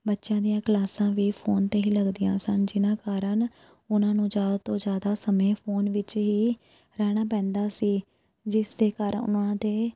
ਬੱਚਿਆਂ ਦੀਆਂ ਕਲਾਸਾਂ ਵੀ ਫ਼ੋਨ 'ਤੇ ਹੀ ਲੱਗਦੀਆਂ ਸਨ ਜਿਨ੍ਹਾਂ ਕਾਰਨ ਉਹਨਾਂ ਨੂੰ ਜ਼ਿਆਦਾ ਤੋਂ ਜ਼ਿਆਦਾ ਸਮੇਂ ਫ਼ੋਨ ਵਿੱਚ ਹੀ ਰਹਿਣਾ ਪੈਂਦਾ ਸੀ ਜਿਸ ਦੇ ਕਾਰਨ ਉਹਨਾਂ ਦੇ